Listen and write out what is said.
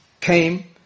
came